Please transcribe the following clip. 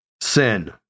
sin